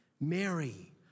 Mary